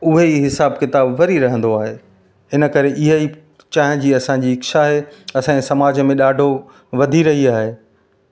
उहेई हिसाब किताब वरी रहंदो आहे इन करे ईअं ई चांहि जी असांजी इच्छा आहे असांजे समाज में ॾाढो वधी रही आहे